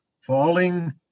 falling